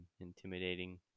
intimidating